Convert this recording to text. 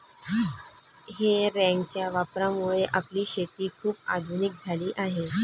हे रॅकच्या वापरामुळे आपली शेती खूप आधुनिक झाली आहे